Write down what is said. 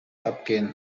abgehen